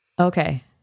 Okay